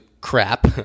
crap